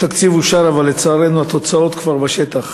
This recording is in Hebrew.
התקציב אושר, אבל לצערנו, התוצאות כבר בשטח.